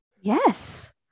Yes